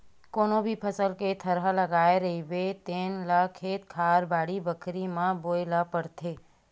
कोनो भी फसल के थरहा लगाए रहिबे तेन ल खेत खार, बाड़ी बखरी म बोए ल परथे